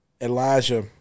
Elijah